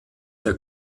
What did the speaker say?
der